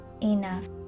enough